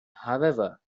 however